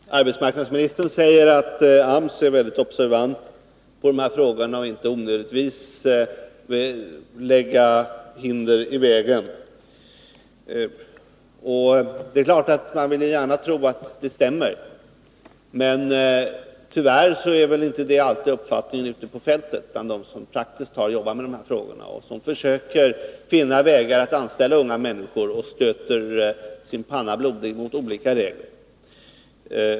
Herr talman! Arbetsmarknadsministern säger att AMS är väldigt observant på de här frågorna och inte onödigtvis vill lägga hinder i vägen. Det är klart att man gärna vill tro att det stämmer. Men tyvärr är väl detta inte alltid uppfattningen ute på fältet bland dem som praktiskt jobbar med dessa frågor, som försöker finna vägar att anställa unga människor och stöter sin panna blodig mot olika regler.